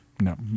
no